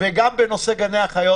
גם בנושא גני החיות